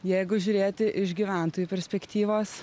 jeigu žiūrėti iš gyventojų perspektyvos